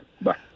Bye